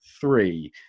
three